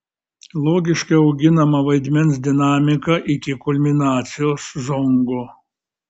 logiškai auginama vaidmens dinamika iki kulminacijos zongo